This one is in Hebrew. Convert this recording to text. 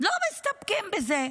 לא מסתפקים בזה,